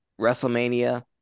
WrestleMania